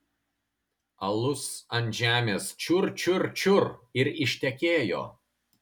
alus ant žemės čiur čiur čiur ir ištekėjo